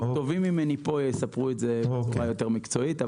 טובים ממני פה יספרו את זה בצורה יותר מקצועית,